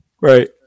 Right